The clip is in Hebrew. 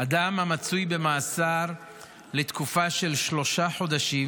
אדם שנמצא במאסר לתקופה של שלושה חודשים